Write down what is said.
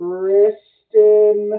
Kristen